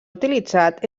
utilitzat